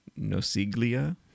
nosiglia